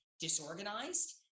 disorganized